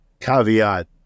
caveat